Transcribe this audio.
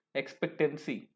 expectancy